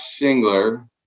Shingler